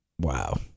Wow